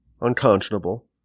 unconscionable